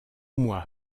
moi